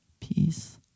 peace